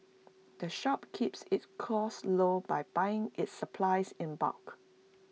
the shop keeps its costs low by buying its supplies in bulk